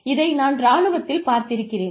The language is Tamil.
இதை நான் இராணுவத்தில் பார்த்திருக்கிறேன்